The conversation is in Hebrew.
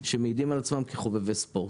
שמעידים על עצמם כחובבי ספורט.